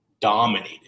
dominated